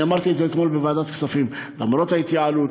אני אמרתי את זה אתמול בוועדת הכספים: למרות ההתייעלות,